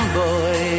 boy